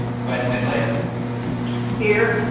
gwen billick here.